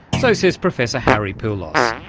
so says professor harry poulos,